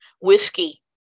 whiskey